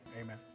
Amen